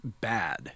bad